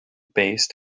based